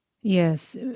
Yes